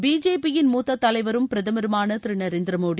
பிஜேபியின் மூத்த தலைவரும் பிரதமருமான திரு நரேந்திர மோடி